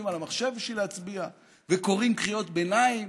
על המחשב בשביל להצביע וקוראים קריאות ביניים